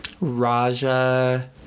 Raja